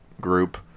group